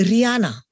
Rihanna